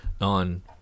on